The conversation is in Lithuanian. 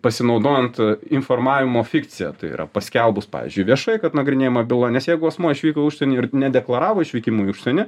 pasinaudojant informavimo fikcija tai yra paskelbus pavyzdžiui viešai kad nagrinėjama byla nes jeigu asmuo išvyko į užsienį ir nedeklaravo išvykimo į užsienį